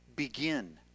begin